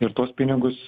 ir tuos pinigus